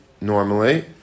normally